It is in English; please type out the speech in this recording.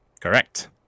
Correct